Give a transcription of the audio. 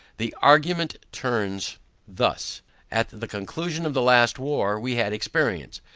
the argument turns thus at the conclusion of the last war, we had experience,